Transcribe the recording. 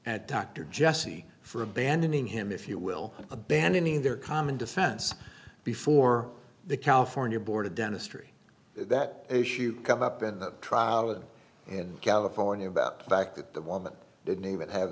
at dr jesse for abandoning him if you will abandoning their common defense before the california board of dentistry that issue come up in the trial of and california about the fact that the woman didn't even have